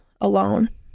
alone